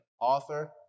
author